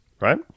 right